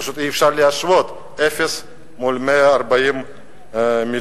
פשוט אי-אפשר להשוות אפס מול 140 מיליון.